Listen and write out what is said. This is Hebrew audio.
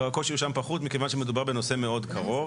הקושי שם פחות מכיוון שמדובר בנושא מאוד קרוב.